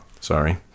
sorry